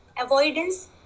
Avoidance